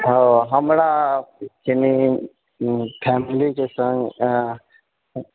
ओ हमरा कनि फैमिलीकऽ सङ्ग आ